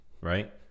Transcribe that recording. right